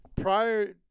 prior